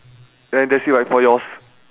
and that's it right for yours